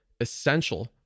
essential